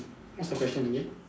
what's your question again